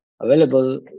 available